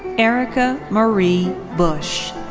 erica marie bush.